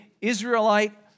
Israelite